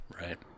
Right